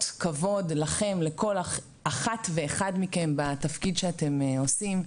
כבוד לכם לכל אחת ואחד מכם בתפקיד שאתם עושים,